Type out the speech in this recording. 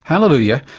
hallelujah,